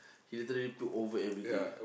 he literally took over everything